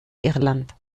irland